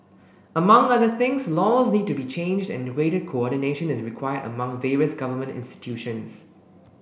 among other things laws need to be changed and greater coordination is required among various government institutions